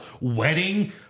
wedding